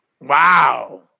Wow